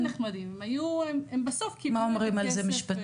הם בסוף קיבלו על זה כסף.